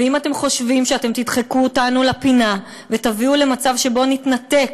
ואם אתם חושבים שאתם תדחקו אותנו לפינה ותביאו למצב שבו נתנתק,